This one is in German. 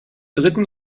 dritten